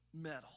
metal